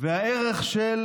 והערך של